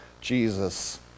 Jesus